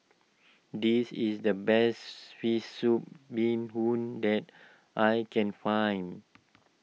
this is the best Fish Soup Bee Hoon that I can find